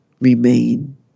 remain